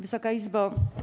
Wysoka Izbo!